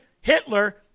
Hitler